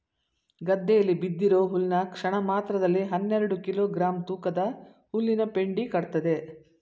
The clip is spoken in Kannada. ಗದ್ದೆಯಲ್ಲಿ ಬಿದ್ದಿರೋ ಹುಲ್ನ ಕ್ಷಣಮಾತ್ರದಲ್ಲಿ ಹನ್ನೆರೆಡು ಕಿಲೋ ಗ್ರಾಂ ತೂಕದ ಹುಲ್ಲಿನಪೆಂಡಿ ಕಟ್ತದೆ